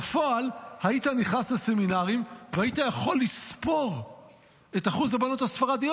בפועל היית נכנס לסמינרים והיית יכול לספור את אחוז הבנות הספרדיות,